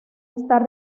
estar